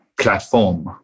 platform